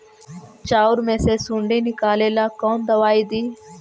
चाउर में से सुंडी निकले ला कौन दवाई दी?